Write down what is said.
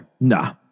Nah